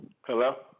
Hello